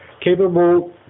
capable